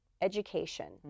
education